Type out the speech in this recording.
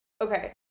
okay